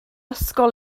ysgol